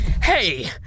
Hey